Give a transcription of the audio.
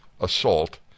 assault